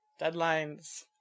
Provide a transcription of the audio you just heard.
Deadlines